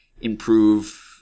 improve